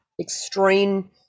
extreme